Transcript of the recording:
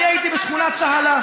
אני הייתי בשכונת צהלה.